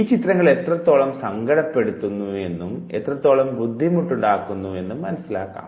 ഈ ചിത്രങ്ങൾ എത്രത്തോളം സങ്കടപ്പെടുത്തുന്നു എന്നും എത്രത്തോളം ബുദ്ധിമുട്ടുണ്ടാക്കുന്നു എന്നും മനസ്സിലാക്കാം